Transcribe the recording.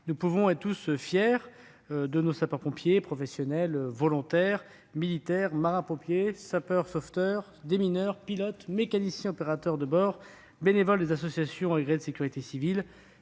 nous pouvons tous être fiers de nos sapeurs-pompiers professionnels et volontaires, militaires, marins-pompiers, sapeurs-sauveteurs, démineurs, pilotes, mécaniciens opérateurs de bord, bénévoles des associations agréées de sécurité civile,